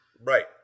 Right